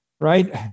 right